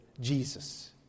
Jesus